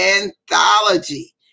anthology